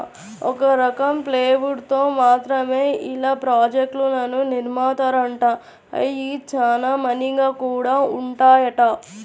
ఒక రకం ప్లైవుడ్ తో మాత్రమే ఇళ్ళ ప్రాజెక్టులను నిర్మిత్తారంట, అయ్యి చానా మన్నిగ్గా గూడా ఉంటాయంట